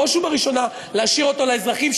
ובראש ובראשונה להשאיר אותו לאזרחים,